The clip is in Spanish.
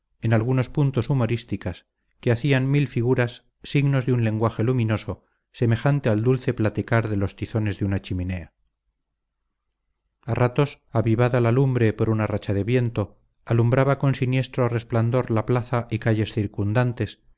en algunos puntos humorísticas que hacían mil figuras signos de un lenguaje luminoso semejante al dulce platicar de los tizones de una chimenea a ratos avivada la lumbre por una racha de viento alumbraba con siniestro resplandor la plaza y calles circundantes